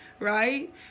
right